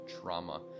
Trauma